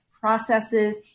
processes